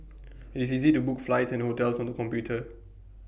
IT is easy to book flights and hotels on the computer